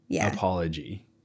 apology